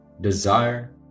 desire